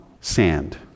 sand